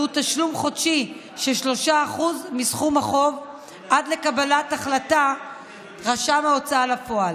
שהוא תשלום חודשי של 3% מסכום החוב עד לקבלת החלטת רשם ההוצאה לפועל.